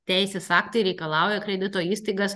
teisės aktai reikalauja kredito įstaigas